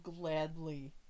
gladly